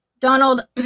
Donald